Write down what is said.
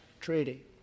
Treaty